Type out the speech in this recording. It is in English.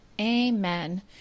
Amen